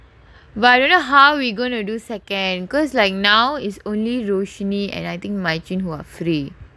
but I don't know how we gonna do second because like now is only roshni and are free